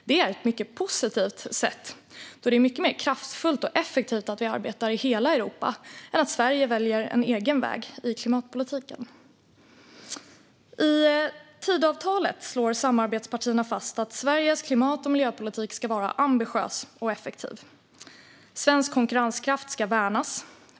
Det är mycket positivt, då det är mycket mer kraftfullt och effektivt att arbeta i hela Europa än att Sverige ska välja en egen väg i klimatpolitiken. I Tidöavtalet slår samarbetspartierna fast att Sveriges klimat och miljöpolitik ska vara ambitiös och effektiv. Svensk konkurrenskraft ska värnas.